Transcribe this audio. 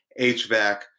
HVAC